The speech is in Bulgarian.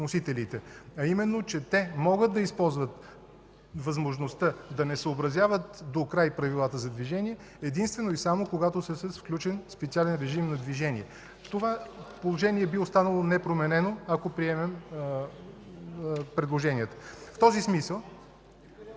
а именно, че те могат да използват възможността да не съобразяват докрай правилата за движение, единствено и само когато са с включен специален режим на движение. Това положение би останало непроменено, ако приемем предложението. В този смисъл...